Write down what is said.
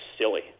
silly